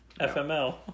FML